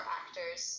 actors